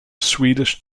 swedish